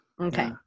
Okay